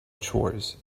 chores